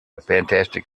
fantastic